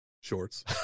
shorts